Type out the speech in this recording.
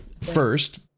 first